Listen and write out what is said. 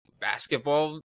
basketball –